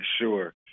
sure